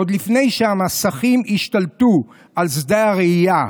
עוד לפני שהמסכים השתלטו על שדה הראייה,